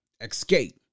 Escape